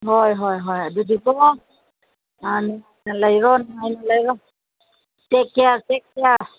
ꯍꯣꯏ ꯍꯣꯏ ꯍꯣꯏ ꯑꯗꯨꯗꯤꯀꯣ ꯑꯥ ꯅꯨꯡꯉꯥꯏꯅ ꯂꯩꯔꯣ ꯅꯨꯡꯉꯥꯏꯅ ꯂꯩꯔꯣ ꯇꯦꯛ ꯀꯤꯌꯥꯔ ꯇꯦꯛ ꯀꯤꯌꯥꯔ